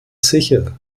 sicher